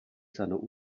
seiner